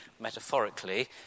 metaphorically